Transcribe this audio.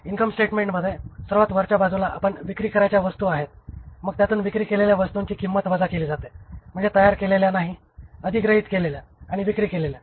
income स्टेटमेंटमध्ये सर्वात वरच्या बाजूला आपण विक्री करायच्या वस्तू आहेत मग त्यातून विक्री केलेल्या वस्तूंची किंमत वजा केली जाते म्हणजे तयार केलेल्या नाही अधिग्रहित केलेल्या आणि विक्री केलेल्या